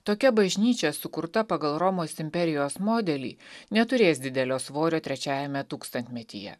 tokia bažnyčia sukurta pagal romos imperijos modelį neturės didelio svorio trečiajame tūkstantmetyje